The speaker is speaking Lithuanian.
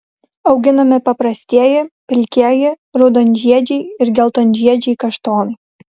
auginami paprastieji pilkieji raudonžiedžiai ir geltonžiedžiai kaštonai